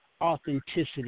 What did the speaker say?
authenticity